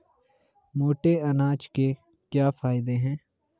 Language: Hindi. मोटे अनाज के क्या क्या फायदे हैं?